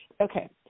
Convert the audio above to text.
okay